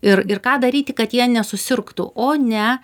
ir ir ką daryti kad jie nesusirgtų o ne